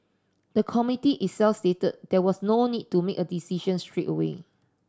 the Committee itself stated that there was no need to make a decision straight away